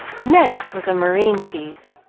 the next was a marine piece,